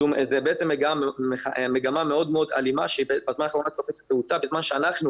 זאת מגמה מאוד מאוד אלימה שבזמן האחרון תופסת תאוצה בזמן שאנחנו